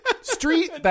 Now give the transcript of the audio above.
Street